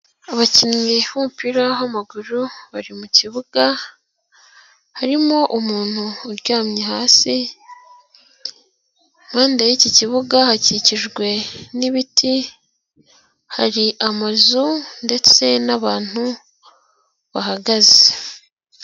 Abakinnyi b'umupira w'amaguru bari mu kibuga, harimo umuntu uryamye hasi, impande y'iki kibuga hakikijwe n'ibiti, hari amazu ndetse n'abantu bahagaze.